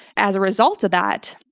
as a result of that,